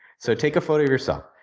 so, take a photo of yourself.